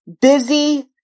busy